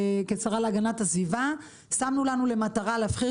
כשרה להגנת הסביבה שמנו לנו למטרה להפחית